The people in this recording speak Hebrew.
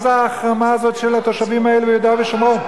מה זה ההחרמה הזאת של התושבים האלו ביהודה ושומרון?